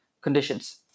conditions